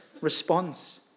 response